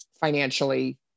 financially